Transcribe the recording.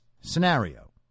scenario